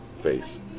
face